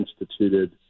instituted